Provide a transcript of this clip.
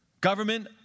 Government